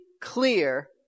clear